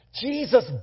Jesus